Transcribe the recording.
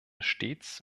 stets